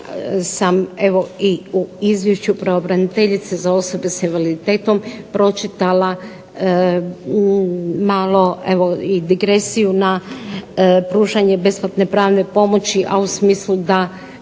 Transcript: sam u Izvješću pravobraniteljice za osobe sa invaliditetom pročitala malo evo i digresiju pružanje besplatne pravne pomoći a u smislu da